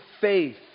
faith